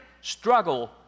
struggle